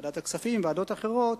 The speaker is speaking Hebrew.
בוועדת הכספים ובוועדות אחרות,